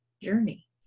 journey